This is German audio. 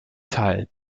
teil